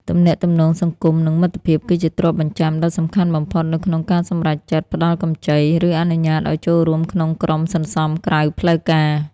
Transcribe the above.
ទំនាក់ទំនងសង្គម និងមិត្តភាពគឺជាទ្រព្យបញ្ចាំដ៏សំខាន់បំផុត នៅក្នុងការសម្រេចចិត្តផ្ដល់កម្ចី ឬអនុញ្ញាតឱ្យចូលរួមក្នុងក្រុមសន្សំក្រៅផ្លូវការ។